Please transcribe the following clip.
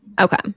Okay